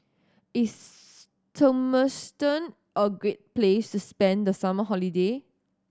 is Turkmenistan a great place to spend the summer holiday